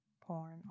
Porn